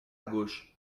gauche